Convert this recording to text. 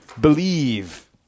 Believe